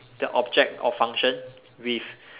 the object or function with